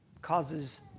causes